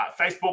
facebook